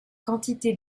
quantités